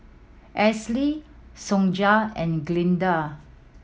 Azalee Sonja and Glenda